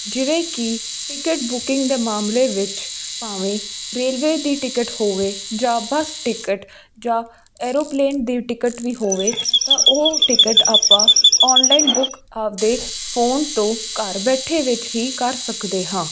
ਜਿਵੇਂ ਕੀ ticket booking ਦੇ ਮਾਮਲੇ ਵਿੱਚ ਭਾਵੇਂ ਰੇਲਵੇ ਦੀ ਟਿਕਟ ਹੋਵੇ ਜਾਂ ਬੱਸ ਟਿਕਟ ਜਾਂ ਐਰੋਪਲੇਨ ਦੀ ਟਿਕਟ ਵੀ ਹੋਵੇ ਤਾਂ ਉਹ ਟਿਕਟ ਆਪਾਂ ਓਨਲਾਈਨ ਬੁੱਕ ਆਪਣੇ ਫੋਨ ਤੋਂ ਘਰ ਬੈਠੇ ਵਿੱਚ ਹੀ ਕਰ ਸਕਦੇ ਹਾਂ